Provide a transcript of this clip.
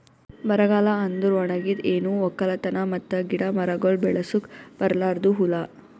ಬರಗಾಲ ಅಂದುರ್ ಒಣಗಿದ್, ಏನು ಒಕ್ಕಲತನ ಮತ್ತ ಗಿಡ ಮರಗೊಳ್ ಬೆಳಸುಕ್ ಬರಲಾರ್ದು ಹೂಲಾ